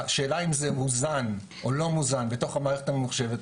השאלה אם זה מוזן או לא מוזן בתוך המערכת הממוחשבת,